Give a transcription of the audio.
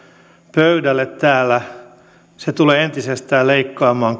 pöydälle täällä se tulee entisestään leikkaamaan